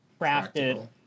crafted